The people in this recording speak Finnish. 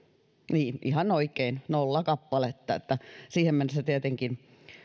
niin ihan oikein nolla kappaletta että siinä mielessä tietenkin